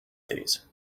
these